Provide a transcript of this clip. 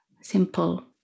simple